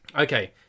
Okay